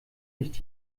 nicht